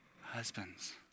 Husbands